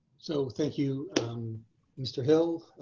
so thank you mr. hill,